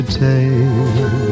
take